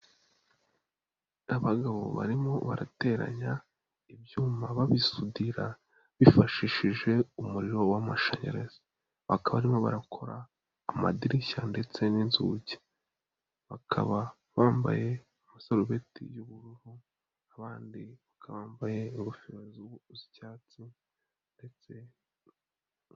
Abagabo barimo barateranya ibyuma babisudira bifashishije umuriro w'amashanyarazi, bakaba barimo barakora amadirishya ndetse n'inzugi, bakaba bambaye amasarubeti y'ubururu abandi bambaye ingofero z'icyatsi ndetse.